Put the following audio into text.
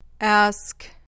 Ask